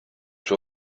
suo